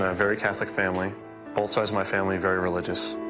ah very catholic family both sides my family very religious